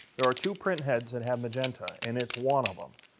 there are two printheads that have magenta, and it's one of them.